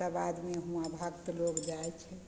सब आदमी हुवाँ भक्त लोग जाइ छै